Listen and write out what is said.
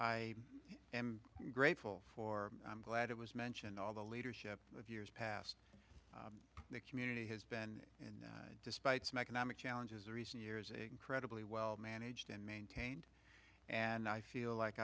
i am grateful for i'm glad it was mentioned all the leadership of years past the community has been and despite some economic challenges recent years incredibly well managed and maintained and i feel like